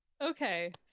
Okay